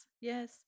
yes